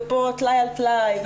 ופה טלאי על טלאי,